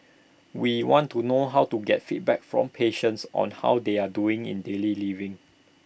we want to know how to get feedback from patients on how they are doing in daily living